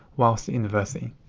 whilst at university.